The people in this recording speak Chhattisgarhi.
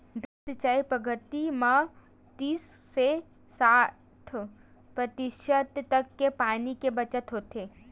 ड्रिप सिंचई पद्यति म तीस ले साठ परतिसत तक के पानी के बचत होथे